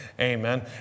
Amen